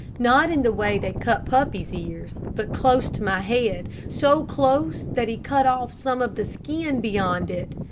not in the way they cut puppies' ears, but close to my head, so close that he cut off some of the skin beyond it.